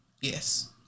Yes